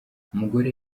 umugore